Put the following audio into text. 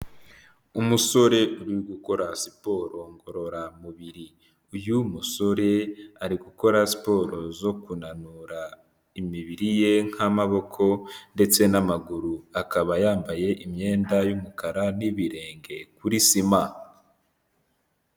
Umusore uri gukora siporo ngororamubiri, uyu musore ari gukora siporo zo kunanura umibiri we nk'amaboko ndetse n'amaguru, akaba yambaye imyenda y'umukara n'ibirenge kuri sima.